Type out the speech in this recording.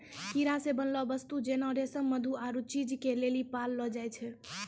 कीड़ा से बनलो वस्तु जेना रेशम मधु आरु चीज के लेली पाललो जाय छै